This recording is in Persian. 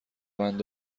بند